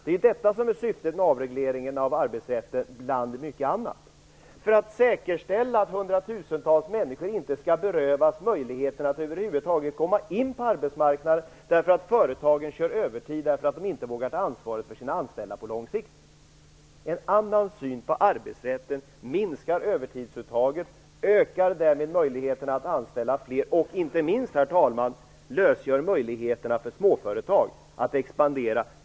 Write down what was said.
Det är detta som är syftet med avregleringen, bland mycket annat, för att säkerställa att hundratusentals människor inte skall berövas möjligheten att över huvud taget komma in på arbetsmarknaden, då företagen använder övertid därför att de inte vågar ta ansvaret för sina anställda på lång sikt. En annan syn på arbetsrätten minskar övertidsuttagen och ökar därvid möjligheterna att anställa fler. Inte minst, herr talman lösgör det möjligheterna för småföretag att expandera.